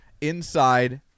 inside